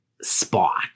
spot